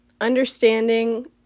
understanding